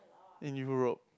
in Europe